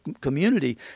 community